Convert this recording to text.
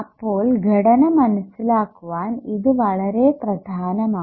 അപ്പോൾ ഘടന മനസ്സിലാക്കുവാൻ ഇത് വളരെ പ്രധാനമാണ്